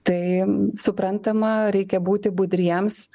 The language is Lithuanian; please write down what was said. tai suprantama reikia būti budriems